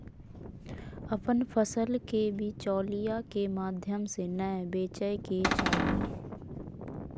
अपन फसल के बिचौलिया के माध्यम से नै बेचय के चाही